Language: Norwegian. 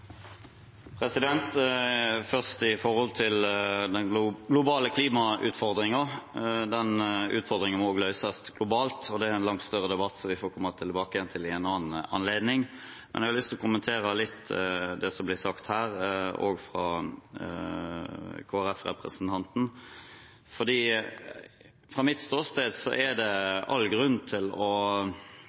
den globale klimautfordringen: Den utfordringen må også løses globalt, og det er en langt større debatt, som vi får komme tilbake til ved en annen anledning. Men jeg har lyst til å kommentere litt det som er blitt sagt her, også fra Kristelig Folkeparti-representanten. Fra mitt ståsted er det all grunn til å